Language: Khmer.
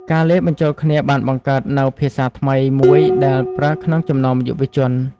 ការលាយបញ្ចូលគ្នាបានបង្កើតនូវ "ភាសាថ្មី" មួយដែលប្រើក្នុងចំណោមយុវជន។